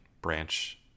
branch